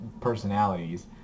personalities